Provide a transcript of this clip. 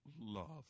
love